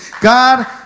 God